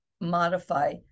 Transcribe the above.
modify